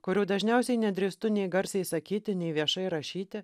kurių dažniausiai nedrįstu nė garsiai sakyti nei viešai rašyti